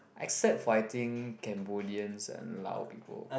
except for I think Cambodians and Lao people